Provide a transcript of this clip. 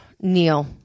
neil